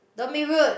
don't be rude